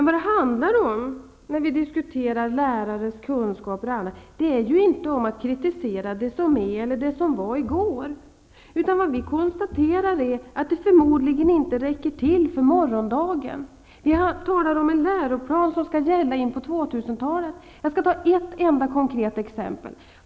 Vad det handlar om när vi diskuterar bl.a. lärarnas kunskap är inte att vi kritiserar det som är eller det som var i går, utan vi konstaterar att det förmodligen inte räcker till för morgondagen. Vi talar om en läroplan som skall gälla in på 2000-talet. Jag skall ta ett enda konkret exempel.